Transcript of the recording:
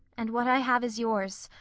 and what i have is yours,